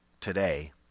today